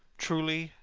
truly,